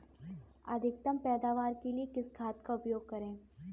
अधिकतम पैदावार के लिए किस खाद का उपयोग करें?